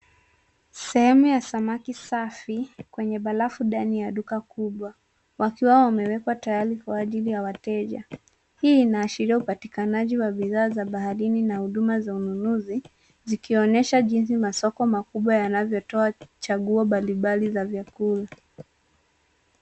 Sehemu ya samaki safi kwenye barafu ndani ya duka kubwa wakiwa wamewekwa tayari kwa ajili ya wateja. Hii inaashiria upatikanaji wa bidhaa za baharini na huduma za ununuzi zikionyesha jinsi masoko makubwa yanavyotoa chaguo mbalimbali za vyakula.